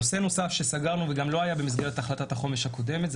נושא נוסף שסגרנו וגם לא היה במסגרת החלטת החומש הקודמת הוא